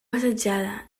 assetjada